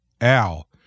al